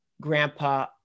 grandpa